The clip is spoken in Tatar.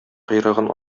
койрыгын